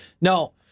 No